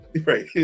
Right